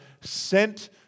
sent